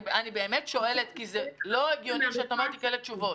אני באמת שואלת כי לא הגיוני שאת אומרת לי כאלה תשובות.